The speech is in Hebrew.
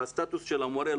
שהסטטוס של המורה,